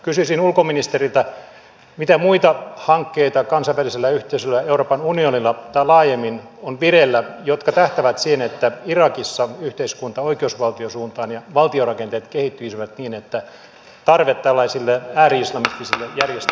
kysyisin ulkoministeriltä mitä muita sellaisia hankkeita kansainvälisellä yhteisöllä euroopan unionilla tai laajemmin on vireillä jotka tähtäävät siihen että irakissa yhteiskunta kehittyisi oikeusvaltion suuntaan ja valtiorakenteet kehittyisivät niin että tarve tällaisille ääri islamistisille järjestöille vähenisi